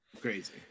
crazy